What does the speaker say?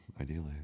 ideally